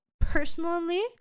personally